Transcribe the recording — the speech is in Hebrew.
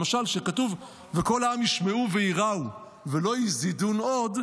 למשל כתוב: "וכל העם ישמעו וְיִרָאוּ ולא יְזִידוּן עוד".